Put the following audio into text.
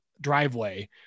driveway